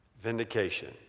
Vindication